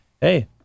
hey